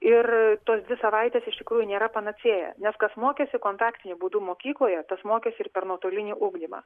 ir tos dvi savaitės iš tikrųjų nėra panacėja nes kas mokėsi kontaktiniu būdu mokykloje tas mokėsi ir per nuotolinį ugdymą